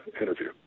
interview